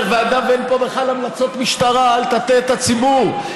ואין בכלל המלצות משטרה: אל תטעה את הציבור,